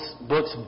books